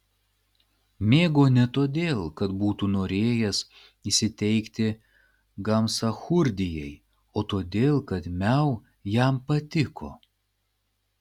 mėgo ne todėl kad būtų norėjęs įsiteikti gamsachurdijai o todėl kad miau jam patiko